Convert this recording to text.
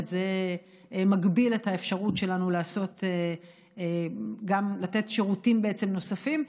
וזה מגביל את האפשרות שלנו לעשות וגם לתת שירותים נוספים.